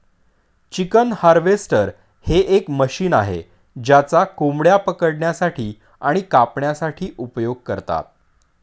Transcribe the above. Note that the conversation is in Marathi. चिकन हार्वेस्टर हे एक मशीन आहे ज्याचा कोंबड्या पकडण्यासाठी आणि कापण्यासाठी उपयोग करतात